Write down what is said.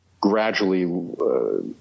gradually